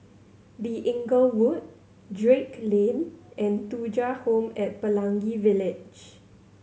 The Inglewood Drake Lane and Thuja Home at Pelangi Village